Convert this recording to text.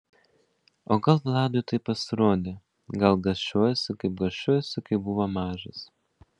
o gal vladui taip pasirodė gal gąsčiojasi kaip gąsčiojosi kai buvo mažas